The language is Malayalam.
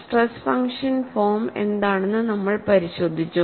സ്ട്രെസ് ഫംഗ്ഷൻ ഫോം എന്താണെന്ന് നമ്മൾ പരിശോധിച്ചു